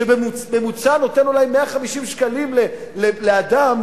שבממוצע נותן אולי 150 שקלים לאדם,